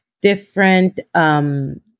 different